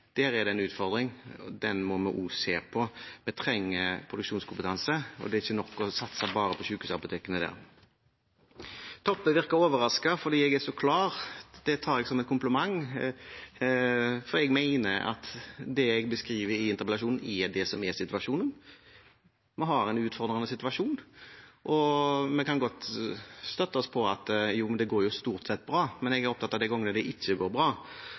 er det en utfordring. Den må vi også se på. Vi trenger produksjonskompetanse, og det er ikke nok bare å satse på sykehusapotekene. Toppe virket overrasket fordi jeg er så klar. Det tar jeg som en kompliment. Jeg mener at det jeg beskriver i interpellasjonen, er det som er situasjonen. Vi har en utfordrende situasjon. Vi kan godt støtte oss til at det går stort sett bra, men jeg er opptatt av de gangene det ikke går bra.